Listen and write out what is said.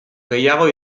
gehiago